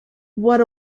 what